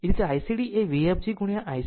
તે જ રીતે ICd એ Vfg ગુણ્યા Ycd હશે